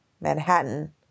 Manhattan